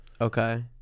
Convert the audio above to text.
Okay